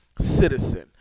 citizen